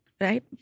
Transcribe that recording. Right